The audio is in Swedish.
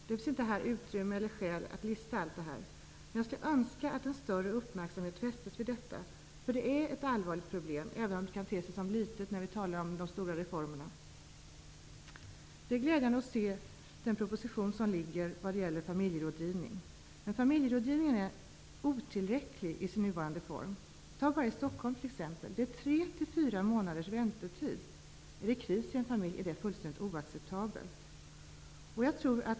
Det finns inte utrymme eller skäl att räkna upp alla orsaker här, men jag önskar att en större uppmärksamhet fästs vid detta. Det är ett allvarligt problem, även om det kan te sig litet när vi talar om de stora reformerna. Det är glädjande att se den proposition om familjerådgivning som ligger på riksdagens bord. I sin nuvarande form är familjerådgivningen otillräcklig. Enbart i Stockholm är det t.ex. tre fyra månaders väntetid. Om det är kris i en familj är detta fullständigt oacceptabelt.